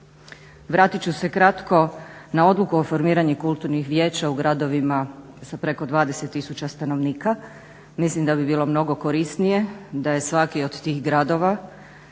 Vratit ću se kratko na odluku o formiranju kulturnih vijeća u gradovima sa preko 20000 stanovnika. Mislim da bi bilo mnogo korisnije da je svaki od tih gradova